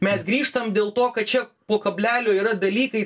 mes grįžtam dėl to kad čia po kablelio yra dalykai